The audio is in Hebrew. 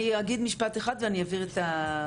אני אגיד משפט אחד ואני אעביר לנעמה.